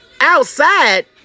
outside